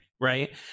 right